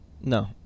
No